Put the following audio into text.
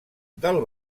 del